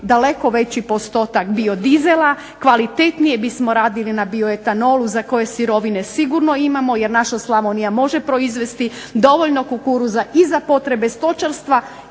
imali veći postotak bio dizela, kvalitetnije bismo radili na bio etanolu za koje sirovine sigurno imamo jer naša Slavonija može proizvesti dovoljno kukuruza i za potrebe stočarstva